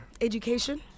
Education